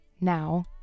Now